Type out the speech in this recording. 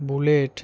bullet